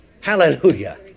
Hallelujah